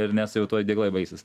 ir nes jau tuoj degalai baigsis